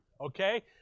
Okay